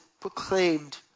proclaimed